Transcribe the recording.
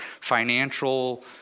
financial